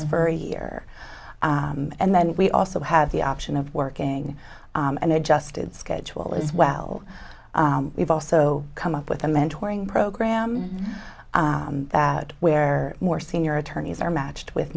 as for a year and then we also have the option of working and adjusted schedule as well we've also come up with a mentor ing program that where more senior attorneys are matched with